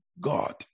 God